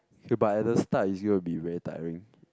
k but at the start it's going to be very tiring